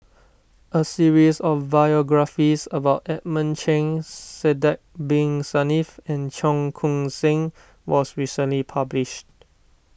a series of biographies about Edmund Cheng Sidek Bin Saniff and Cheong Koon Seng was recently published